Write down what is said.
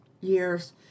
years